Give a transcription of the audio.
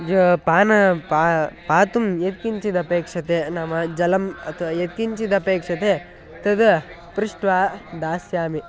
जलं पानं पातुं पातुं यत्किञ्चिदपे्क्ष्यते नाम जलम् अथवा यत्किञ्चिदपेक्ष्यते तद् पृष्ट्वा दास्यामि